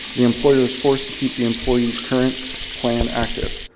the employer is forced to keep the employee's current plan active.